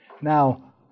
Now